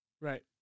Right